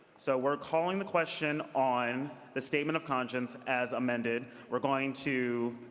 so we're calling the question on the statement of conscience as amended. we're going to